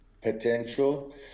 potential